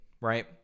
right